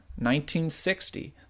1960